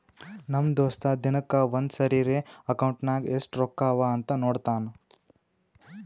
ನಮ್ ದೋಸ್ತ ದಿನಕ್ಕ ಒಂದ್ ಸರಿರೇ ಅಕೌಂಟ್ನಾಗ್ ಎಸ್ಟ್ ರೊಕ್ಕಾ ಅವಾ ಅಂತ್ ನೋಡ್ತಾನ್